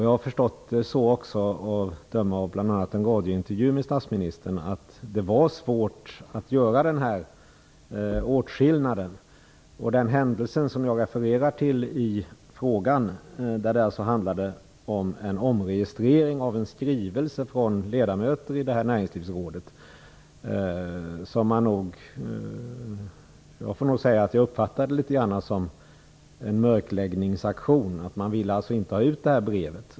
Jag har förstått, att döma av bl.a. en intervju med statsministern, att det var svårt att göra denna åtskillnad. Den händelse som jag refererade till i frågan var alltså en omregistrering av en skrivelse från ledamöter i Näringslivsrådet, som jag uppfattade som en mörkläggningsaktion. Man ville alltså inte att brevet skulle komma ut.